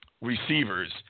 receivers